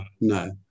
no